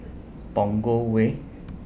Punggol Way